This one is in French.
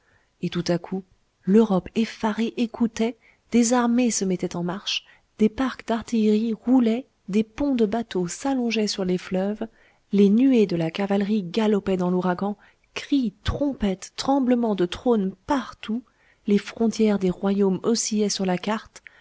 et tout à coup l'europe effarée écoutait des armées se mettaient en marche des parcs d'artillerie roulaient des ponts de bateaux s'allongeaient sur les fleuves les nuées de la cavalerie galopaient dans l'ouragan cris trompettes tremblement de trônes partout les frontières des royaumes oscillaient sur la carte